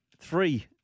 Three